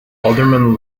alderman